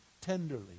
tenderly